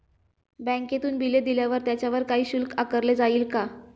बँकेतून बिले दिल्यावर त्याच्यावर काही शुल्क आकारले जाईल का?